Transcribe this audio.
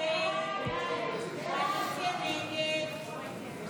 הסתייגות 129 לא נתקבלה.